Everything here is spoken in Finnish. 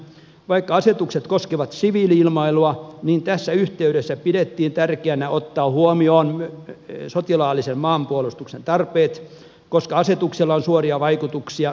vaikka asetukset koskevat siviili ilmailua niin tässä yhteydessä pidettiin tärkeänä ottaa huomioon sotilaallisen maanpuolustuksen tarpeet koska asetuksella on suoria vaikutuksia myös sotilasilmailuun